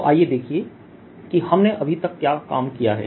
तो आइए देखें कि हमने अभी तक क्या काम किया है